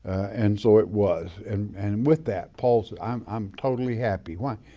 and so it was, and and and with that paul said, i'm i'm totally happy. why?